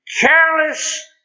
careless